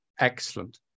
excellent